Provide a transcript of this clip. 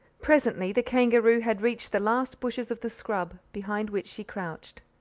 presently the kangaroo had reached the last bushes of the scrub, behind which she crouched.